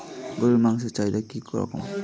গরুর মাংসের চাহিদা কি রকম?